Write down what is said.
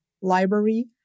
library